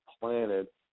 planet